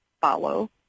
follow